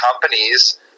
companies